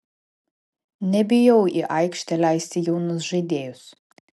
nebijau į aikštę leisti jaunus žaidėjus